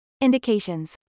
Indications